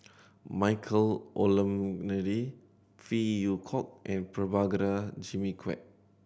Michael Olcomendy Phey Yew Kok and Prabhakara Jimmy Quek